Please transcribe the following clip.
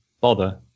bother